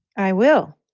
i will.